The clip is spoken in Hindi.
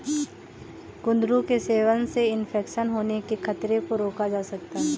कुंदरू के सेवन से इन्फेक्शन होने के खतरे को रोका जा सकता है